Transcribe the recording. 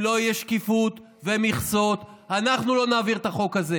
אם לא יהיו שקיפות ומכסות אנחנו לא נעביר את החוק הזה.